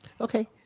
Okay